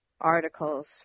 articles